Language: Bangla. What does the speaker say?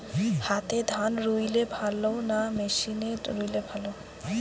হাতে ধান রুইলে ভালো না মেশিনে রুইলে ভালো?